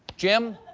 jim?